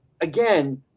again